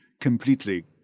completely